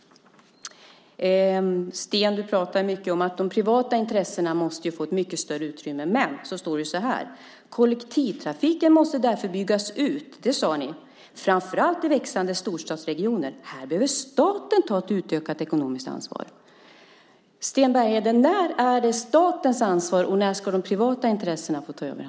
Du pratar mycket om att de privata intressena måste få ett mycket större utrymme, Sten. Men det står så här: Kollektivtrafiken måste därför byggas ut, framför allt i växande storstadsregioner. Så sade ni. Här behöver staten ta ett utökat ekonomiskt ansvar, står det också. Sten Bergheden! När är det statens ansvar och när ska de privata intressena få ta överhand?